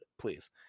please